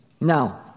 Now